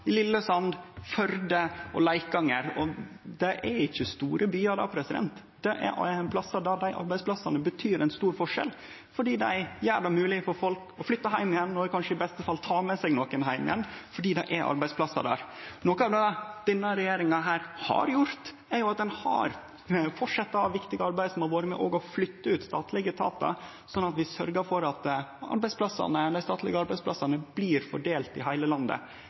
i Lillesand, Førde og Leikanger, og det er ikkje store byar. Det er plassar der dei arbeidsplassane betyr ein stor forskjell, for dei gjer det mogleg for folk å flytte heim igjen og i kanskje beste fall ta med seg nokon heim igjen fordi det er arbeidsplassar der. Noko av det denne regjeringa har gjort, er at ein har fortsett med det viktige arbeidet med å flytte ut statlege etatar, slik at vi sørgjer for at dei statlege arbeidsplassane blir fordelte i heile landet.